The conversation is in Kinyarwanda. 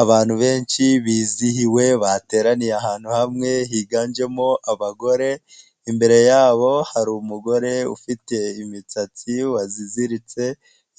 Abantu benshi bizihiwe bateraniye ahantu hamwe higanjemo abagore, imbere yabo hari umu umugore ufite imisatsi waziziritse